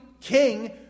king